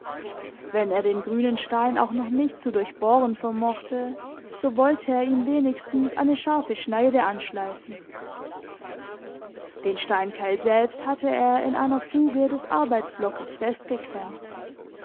wenn er den grünen stein auch noch nicht zu durchbohren vermochte so wollte er ihm wenigstens eine scharfe schneide anschleifen den steinkeil selbst hatte er in einer fuge des arbeitsblockes